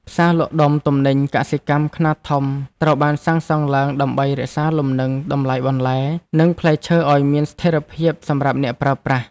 ផ្សារលក់ដុំទំនិញកសិកម្មខ្នាតធំត្រូវបានសាងសង់ឡើងដើម្បីរក្សាលំនឹងតម្លៃបន្លែ និងផ្លែឈើឱ្យមានស្ថិរភាពសម្រាប់អ្នកប្រើប្រាស់។